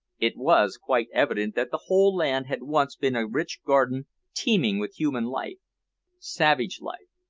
it was quite evident that the whole land had once been a rich garden teeming with human life savage life,